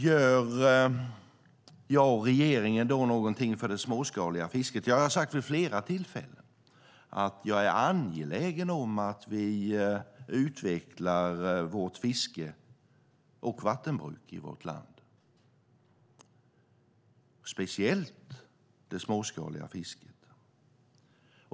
Gör jag och regeringen då någonting för det småskaliga fisket? Ja, jag har sagt vid flera tillfällen att jag är angelägen om att vi utvecklar fisket och vattenbruket i vårt land, speciellt det småskaliga fisket.